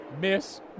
miss